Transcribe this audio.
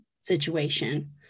situation